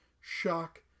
Shock